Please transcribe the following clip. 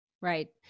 Right